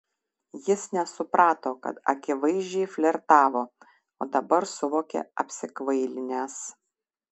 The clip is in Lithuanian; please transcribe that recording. jis nesuprato kad akivaizdžiai flirtavo o dabar suvokė apsikvailinęs